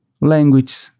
language